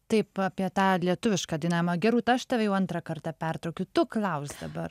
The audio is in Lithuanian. taip apie tą lietuvišką dainavimą gerūta aš tave jau antrą kartą pertraukiu tu klausk dabar